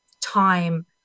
time